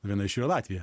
viena iš jų yra latvija